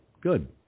Good